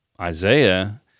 isaiah